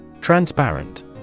Transparent